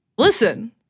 Listen